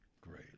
great